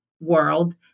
world